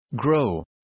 Grow